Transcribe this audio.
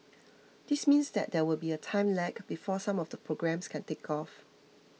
this means that there will be a time lag before some of the programmes can take off